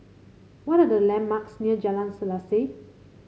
what are the landmarks near Jalan Selaseh